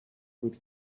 بود